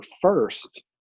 first